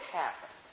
happen